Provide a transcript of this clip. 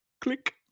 Click